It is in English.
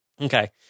Okay